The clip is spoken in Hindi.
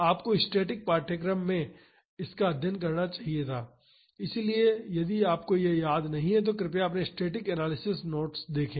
आपको स्टैटिक पाठ्यक्रम में इसका अध्ययन करना चाहिए था इसलिए यदि आपको यह याद नहीं है तो कृपया अपने स्टैटिक एनालिसिस नोट्स देखें